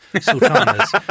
sultanas